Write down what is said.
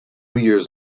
years